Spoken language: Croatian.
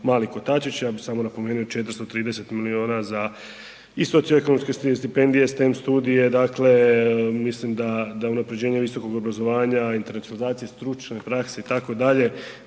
mali kotačić, ja bih samo napomenuo, 430 milijuna za i socioekonomske stipendije, STEM studije, dakle, mislim da unaprjeđenje visokog obrazovanja, internacionalizacije, stručne prakse, itd.,